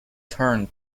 turn